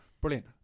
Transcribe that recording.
brilliant